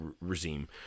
regime